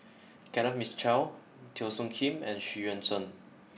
Kenneth Mitchell Teo Soon Kim and Xu Yuan Zhen